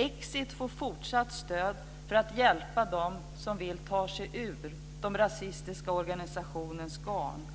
Exit får fortsatt stöd för att hjälpa dem som tar sig ur de rasistiska organisationernas garn.